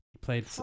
Played